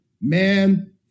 man